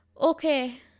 okay